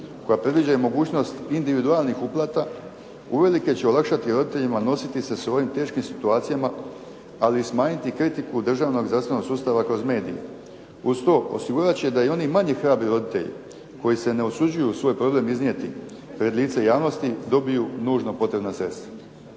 koja predviđa i mogućnost individualnih uplata uvelike će olakšati roditeljima nositi se s ovim teškim situacijama, ali i smanjiti kritiku državnog zdravstvenog sustava kroz medije. Uz to, osigurati će da i oni manje hrabri roditelji koji se ne usuđuju svoj problem iznijeti pred lice javnosti, dobiju nužno potrebna sredstva.